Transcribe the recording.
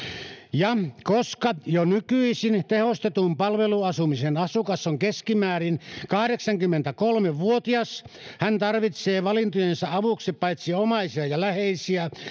ja koska jo nykyisin tehostetun palveluasumisen asukas on keskimäärin kahdeksankymmentäkolme vuotias hän tarvitsee valintojensa avuksi paitsi omaisia ja läheisiä